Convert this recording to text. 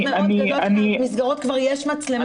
באחוז גדול של המסגרות כבר יש מצלמות.